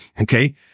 Okay